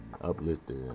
uplifted